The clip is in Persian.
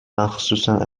مخصوصن